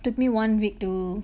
took me one week to